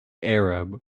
arab